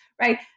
right